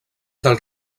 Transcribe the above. del